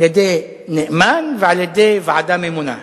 על-ידי נאמן ועל-ידי ועדה ממונה.